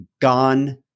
gone